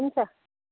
हुन्छ